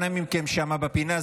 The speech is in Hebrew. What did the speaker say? אנא מכם שם בפינה,